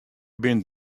binne